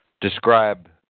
describe